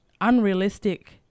unrealistic